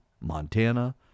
Montana